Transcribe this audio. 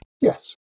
Yes